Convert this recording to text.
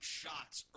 shots